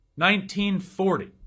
1940